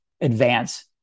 advance